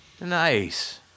Nice